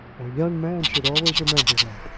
a young man should always remember that.